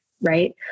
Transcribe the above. right